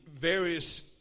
various